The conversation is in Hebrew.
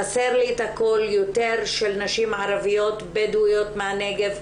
חסר לי את הקול יותר של נשים ערביות בדואיות מהנגב,